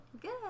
Good